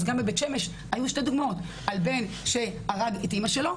אז גם בבית-שמש היו שתי דוגמאות - על בן שהרג את אימא שלו,